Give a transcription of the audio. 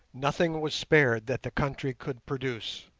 nothing was spared that the country could produce,